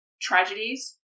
tragedies